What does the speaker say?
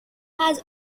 has